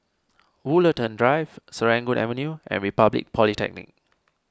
Woollerton Drive Serangoon Avenue and Republic Polytechnic